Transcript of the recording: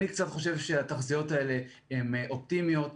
אני קצת חושב שהתחזיות האלה הן אופטימיות.